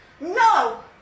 No